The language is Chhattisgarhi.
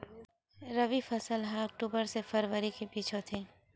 रबी फसल हा अक्टूबर से फ़रवरी के बिच में होथे